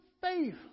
Faith